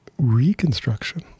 reconstruction